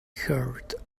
heard